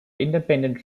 independent